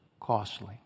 costly